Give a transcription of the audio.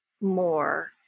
more